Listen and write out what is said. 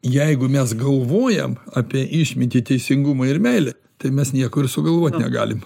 jeigu mes galvojam apie išmintį teisingumą ir meilę tai mes nieko ir sugalvot negalim